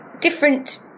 different